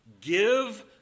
Give